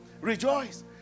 Rejoice